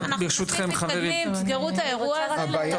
אנחנו מספיק מתקדמים, תסגרו את האירוע הזה.